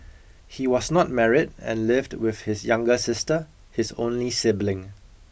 he was not married and lived with his younger sister his only sibling